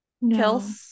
no